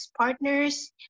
partners